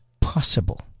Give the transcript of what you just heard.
possible